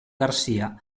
garcia